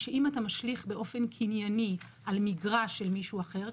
היא שאם אתה משליך באופן קנייני על מגרש של מישהו אחר,